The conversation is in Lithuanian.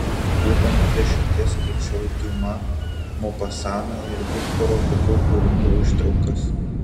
būdama dešimties skaičiau diuma mopasaną ir viktoro hugo kūrinių ištraukas